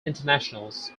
internationals